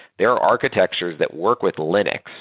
there are architectures that work with linux,